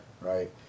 right